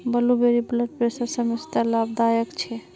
blueberry blood प्रेशरेर समस्यात लाभदायक छे